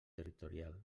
territorial